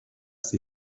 sie